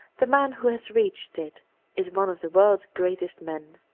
the man who has reached it is one of the world's greatest men.